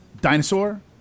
Dinosaur